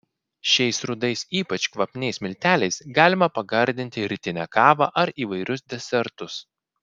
šiais rudais ypač kvapniais milteliais galima pagardinti rytinę kavą ar įvairius desertus